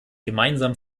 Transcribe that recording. gemeinsam